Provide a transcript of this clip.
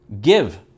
Give